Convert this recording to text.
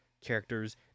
characters